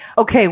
Okay